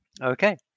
Okay